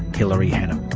hilary hannam.